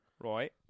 right